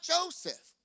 Joseph